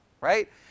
right